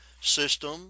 system